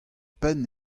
penn